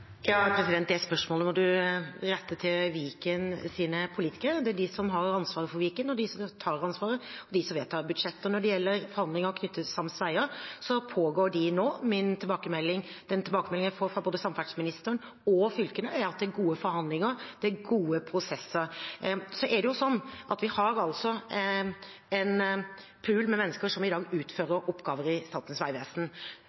Det spørsmålet må du rette til Vikens politikere. Det er de som har ansvaret for Viken, det er de som tar ansvaret, og det er de som vedtar budsjetter. Når det gjelder forandringer knyttet til sams vegadministrasjon, pågår de nå. De tilbakemeldingene jeg har fått fra både samferdselsministeren og fylkene, er at det er gode forhandlinger og gode prosesser. Vi har i dag en pool med mennesker som utfører oppgaver i